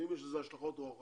ואם יש לזה השלכות רוחב